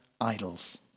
idols